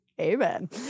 Amen